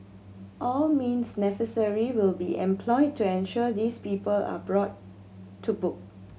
all means necessary will be employed to ensure these people are brought to book